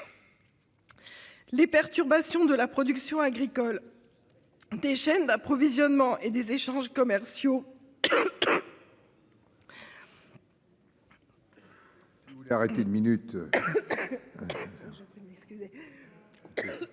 Les perturbations de la production agricole, des chaînes d'approvisionnement et des échanges commerciaux